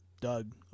doug